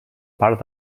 part